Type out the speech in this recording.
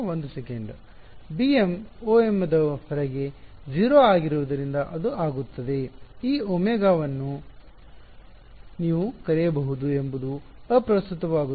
Bm Ωm ದ ಹೊರಗೆ 0 ಆಗಿರುವುದರಿಂದ ಅದು ಆಗುತ್ತದೆ ಈ ಒಮೆಗಾವನ್ನು ನೀವು ಕರೆಯಬಹುದು ಎಂಬುದು ಅಪ್ರಸ್ತುತವಾಗುತ್ತದೆ